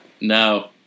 No